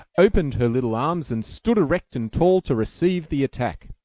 opened her little arms, and stood erect and tall to receive the attack.